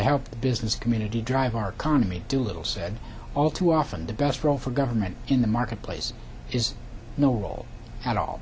help the business community drive our county do little said all too often the best role for government in the marketplace is no role at all